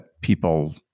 people